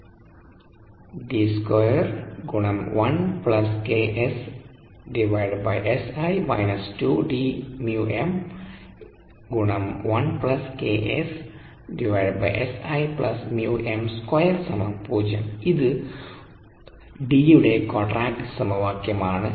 ഇത് D യുടെ quadratic സമവാക്യമാണ്